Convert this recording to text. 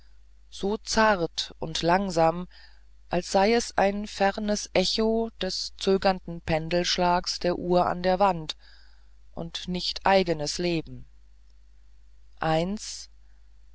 so zart und langsam als sei es ein fernes echo des zögernden pendelschlages der uhr an der wand und nicht eigenes leben eins